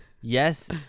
Yes